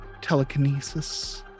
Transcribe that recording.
telekinesis